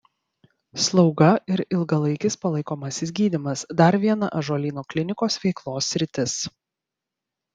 slauga ir ilgalaikis palaikomasis gydymas dar viena ąžuolyno klinikos veiklos sritis